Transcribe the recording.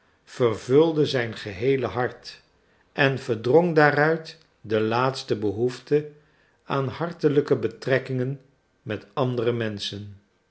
vervulde zijn geheele hart en verdrong daaruit de laatste behoefte aan hartelijke betrekkingen met andere menschen